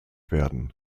werden